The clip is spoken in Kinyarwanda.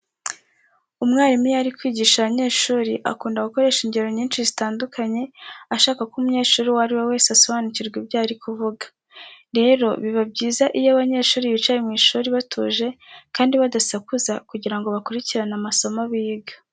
Umwarimu iyo ari kwigisha abanyeshuri akunda gukoresha ingero nyinshi zitandukanye ashaka ko umunyeshuri uwo ari we wese asobanukirwa ibyo ari kuvuga. Rero biba byiza iyo abanyeshuri bicaye mu ishuri batuje kandi badasakuza kugira ngo bakurikirane amasomo biga.